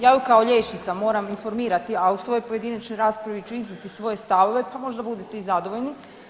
Ja ju kao liječnica moram informirati, a u svojoj pojedinačnoj raspravi ću iznijeti svoje stavove pa možda budete i zadovoljni.